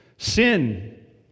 Sin